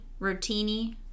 rotini